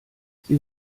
sind